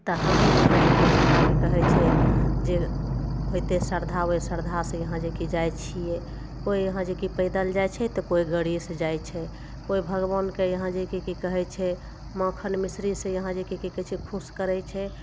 तऽ हमहुँ ईहाँ जे कि हुनका कि कहय छै जे होइतै श्रद्धा ओइ श्रद्धासँ यहाँ जे कि जाइ छियै कोइ यहाँ जे कि पैदल जाइ छै तऽ कोइ गड़ीयेसँ जाइ छै कोइ भगवानके यहाँ जे कि कि कहय छै माखन मिश्रीसँ यहाँ जे कि कि कहय छै खुश करय छै